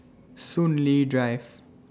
Soon Lee Drive